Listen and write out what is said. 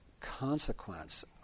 consequence